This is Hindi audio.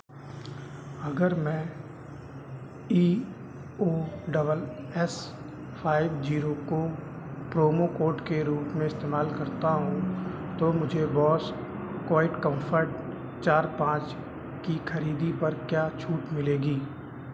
अगर मैं E O double S five zero को प्रोमो कोड के रूप में इस्तेमाल करता हूँ तो मुझे बोस क्वाइट कॉम्फोर्ट चार पाँच की खरीदी पर क्या छूट मिलेगी